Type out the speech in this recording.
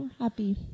Happy